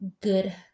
good